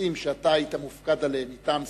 בנושאים שאתה היית מופקד עליהם מטעם סיעתך,